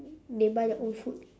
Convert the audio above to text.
they buy their own food